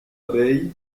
abeille